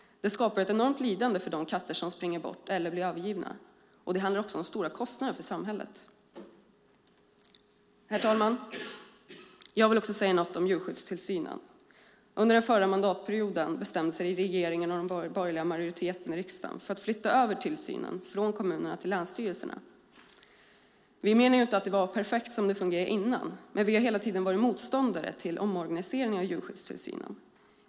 Det skapar ett stort lidande för de katter som springer bort eller blir övergivna, och det handlar också om stora kostnader för samhället. Herr talman! Jag vill även säga något om djurskyddstillsynen. Under den förra mandatperioden bestämde sig regeringen och den borgerliga majoriteten i riksdagen för att flytta över tillsynen från kommunerna till länsstyrelserna. Vi menar inte att det fungerade perfekt tidigare, men vi har hela tiden varit motståndare till omorganiseringen av djurskyddstillsynen.